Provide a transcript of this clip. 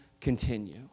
continue